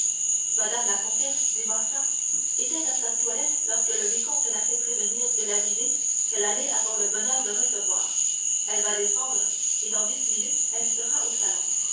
madame la comtesse dit morcerf était à sa toilette lorsque le vicomte l'a fait prévenir de la visite qu'elle allait avoir le bonheur de recevoir elle va descendre et dans dix minutes elle sera au salon